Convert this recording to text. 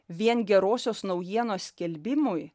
vien gerosios naujienos skelbimui